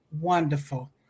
wonderful